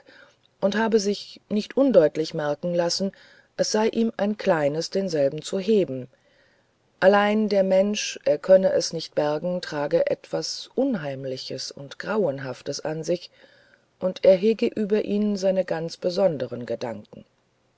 und habe sich nicht undeutlich merken lassen es sei ihm ein kleines denselben zu heben allein der mensch er könne es nicht bergen trage etwas recht unheimliches und grauenhaftes an sich und er hege über ihn seine ganz besonderen gedanken